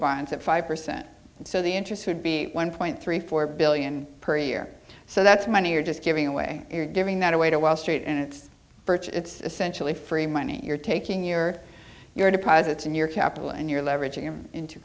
bonds at five percent so the interest would be one point three four billion per year so that's money you're just giving away you're giving that away to wall street and it's it's essential a free money you're taking your your deposits and your capital and your leverag